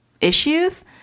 issues